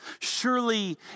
Surely